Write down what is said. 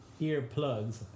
earplugs